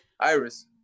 iris